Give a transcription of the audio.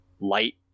light